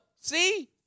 See